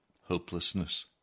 hopelessness